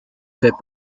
fait